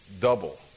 double